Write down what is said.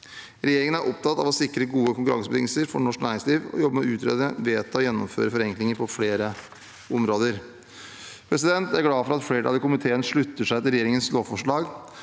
Regjeringen er opptatt av å sikre gode konkurransebetingelser for norsk næringsliv og jobber med å utrede, vedta og gjennomføre forenklinger på flere områder. Jeg er glad for at flertallet i komiteen slutter seg til regjeringens lovforslag.